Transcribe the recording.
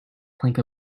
plank